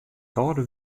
kâlde